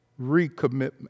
recommitment